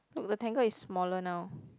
look rectangle is smaller now